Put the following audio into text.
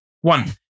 One